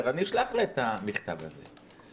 אני אשלח לה את המכתב הזה.